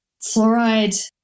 fluoride